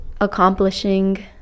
accomplishing